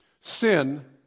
Sin